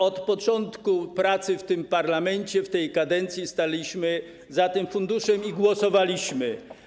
Od początku pracy w tym parlamencie w tej kadencji staliśmy za tym funduszem i głosowaliśmy.